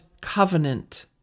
covenant